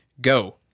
Go